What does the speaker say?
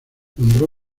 nombró